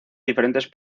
diferentes